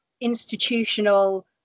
institutional